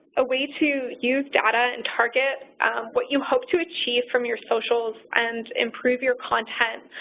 a way to use data and target what you hope to achieve from your socials and improve your content.